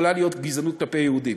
יכולה להיות גזענות כלפי יהודים.